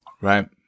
right